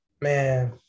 Man